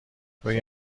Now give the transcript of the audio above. روی